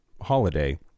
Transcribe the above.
holiday